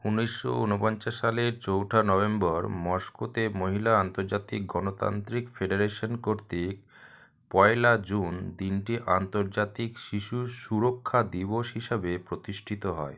উনিশশো উনপঞ্চাশ সালের চৌঠা নভেম্বর মস্কোতে মহিলা আন্তর্জাতিক গণতান্ত্রিক ফেডারেশন কর্তৃক পয়লা জুন দিনটি আন্তর্জাতিক শিশু সুরক্ষা দিবস হিসাবে প্রতিষ্ঠিত হয়